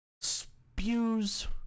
spews